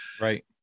Right